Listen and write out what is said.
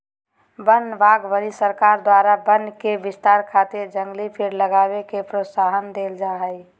वन बागवानी सरकार द्वारा वन के विस्तार खातिर जंगली पेड़ लगावे के प्रोत्साहन देल जा हई